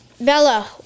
bella